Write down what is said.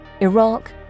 Iraq